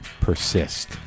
persist